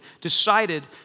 decided